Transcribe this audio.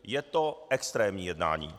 Je to extrémní jednání.